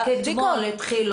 רק אתמול התחילו את הבדיקות.